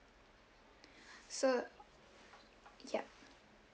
so yup